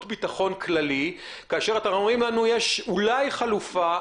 ביטחון כללי כאשר אתם אומרים לנו: אולי יש חלופה,